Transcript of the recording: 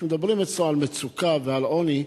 כמדברים אצלו על מצוקה ועל עוני,